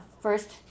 first